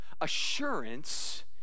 Assurance